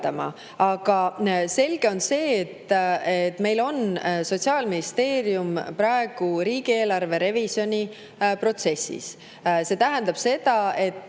Aga selge on see, et Sotsiaalministeerium on praegu riigieelarve revisjoni protsessis. See tähendab seda, et